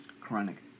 chronic